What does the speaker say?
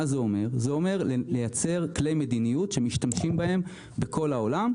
זה אומר לייצר כלי מדיניות שמשתמשים בהם בכל העולם,